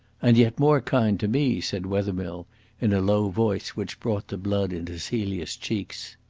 and yet more kind to me, said wethermill in a low voice which brought the blood into celia's cheeks.